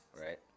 Right